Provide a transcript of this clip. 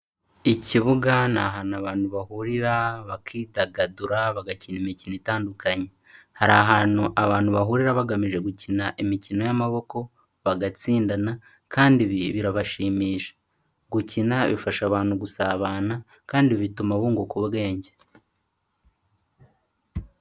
Ikibuga ni ahantu abantu bahurira bakidagadura bagakina imikino itandukanye, hari ahantu abantu bahurira bagamije gukina imikino y'amaboko bagatsindana kandi ibi birabashimisha, gukina bifasha abantu gusabana kandi bituma bunguka ubwenge.